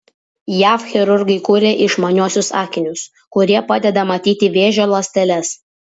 jav chirurgai kuria išmaniuosius akinius kurie padeda matyti vėžio ląsteles